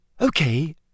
okay